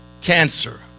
Cancer